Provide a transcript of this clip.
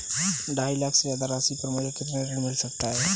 ढाई लाख से ज्यादा राशि पर मुझे कितना ऋण मिल सकता है?